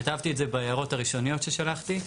כתבתי את זה בהערות הראשוניות ששלחתי.